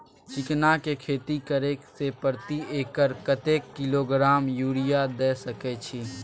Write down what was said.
चिकना के खेती करे से प्रति एकर कतेक किलोग्राम यूरिया द सके छी?